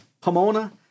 Pomona